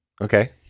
Okay